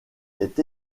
est